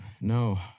No